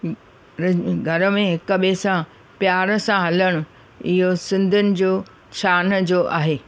घर में हिक ॿिए सां प्यार सां हलणु इहो सिंधीयुनि जो शान जो आहे